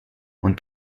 und